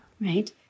Right